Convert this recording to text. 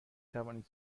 توانید